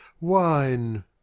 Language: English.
wine